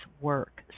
work